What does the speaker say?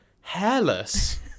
hairless